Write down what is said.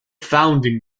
founding